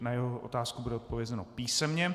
Na jeho otázku bude odpovězeno písemně.